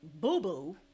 boo-boo